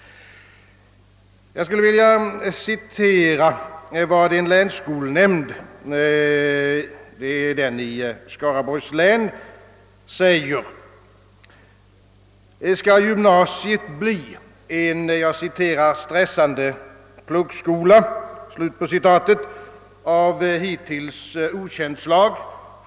Jag skulle vilja citera ett uttalande av länsskolnämnden i Skaraborgs län, som återgivits i Göteborgs-Posten. Tidningen skriver: »Skall gymnasiet bli en ”stressande pluggskola” av hittills okänt slag?